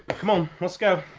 come on, lets go.